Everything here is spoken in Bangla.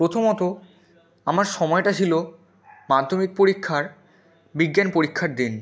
প্রথমত আমার সময়টা ছিলো মাধ্যমিক পরীক্ষার বিজ্ঞান পরীক্ষার দিন